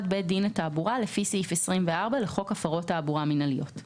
בית דין לתעבורה לפי סעיף 24 לחוק הפרות תעבורה מינהליות".